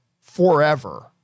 forever